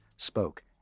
spoke